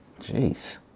Jeez